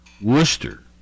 Worcester